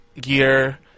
gear